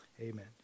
Amen